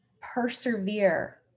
persevere